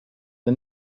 the